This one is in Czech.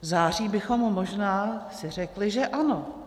V září bychom možná si řekli, že ano.